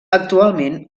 actualment